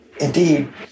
indeed